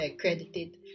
credited